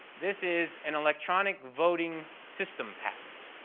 this is an electronic voting system patent.